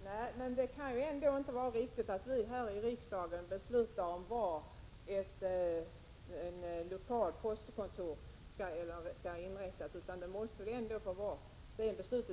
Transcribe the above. Herr talman! Nej, men det kan ju inte vara riktigt att vi här i riksdagen beslutar om var ett lokalt postkontor skall inrättas. Riksdagen har en gång fattat beslut